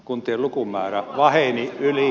kuntien lukumäärä väheni yli